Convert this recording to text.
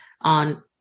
on